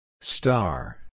Star